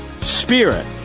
spirit